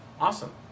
awesome